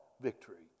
victory